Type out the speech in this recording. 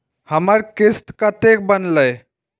हमर किस्त कतैक बनले?